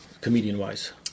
comedian-wise